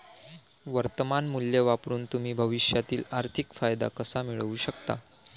वर्तमान मूल्य वापरून तुम्ही भविष्यातील आर्थिक फायदा कसा मिळवू शकता?